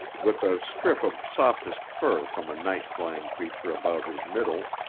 with a strip of softest fur from a night-flying creature about his middle,